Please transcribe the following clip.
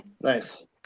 Nice